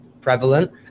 prevalent